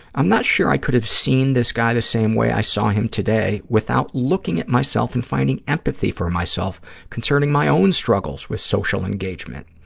i'm not sure i could have seen this guy the same way i saw him today without looking at myself and finding empathy for myself concerning my own struggles with social engagement.